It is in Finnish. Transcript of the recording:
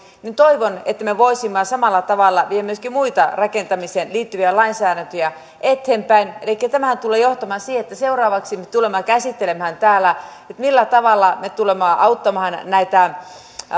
toivon että me voisimme samalla tavalla viedä myöskin muita rakentamiseen liittyviä lainsäädäntöjä eteenpäin elikkä tämähän tulee johtamaan siihen että seuraavaksi me tulemme käsittelemään täällä sitä millä tavalla me tulemme auttamaan näitä